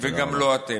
וגם לא אתם.